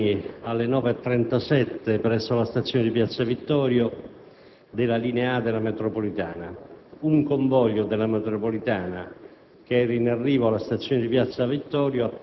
L'incidente è avvenuto stamani alle ore 9,37 presso la stazione di piazza Vittorio della linea A della metropolitana. Un convoglio della metropolitana